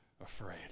afraid